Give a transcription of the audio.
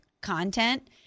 content